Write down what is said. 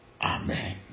Amen